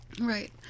Right